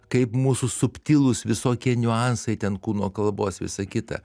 kaip mūsų subtilūs visokie niuansai ten kūno kalbos visa kita